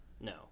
No